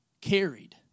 carried